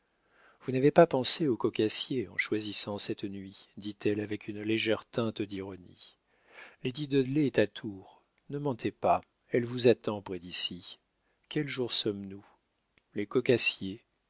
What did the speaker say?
vous n'avez pas pensé aux coquassiers en choisissant cette nuit dit-elle avec une légère teinte d'ironie lady dudley est à tours ne mentez pas elle vous attend près d'ici quel jour sommes-nous les coquassiers